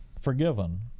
forgiven